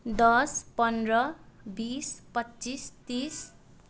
दस पन्ध्र बिस पच्चिस तिस